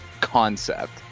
concept